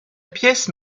pièce